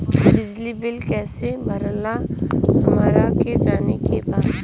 बिजली बिल कईसे भराला हमरा के जाने के बा?